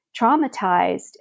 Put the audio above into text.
traumatized